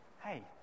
hey